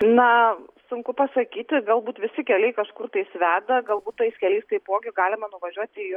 na sunku pasakyti galbūt visi keliai kažkur tais veda galbūt tais keliais taipogi galima nuvažiuoti į